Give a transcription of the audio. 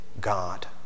God